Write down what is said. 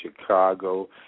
Chicago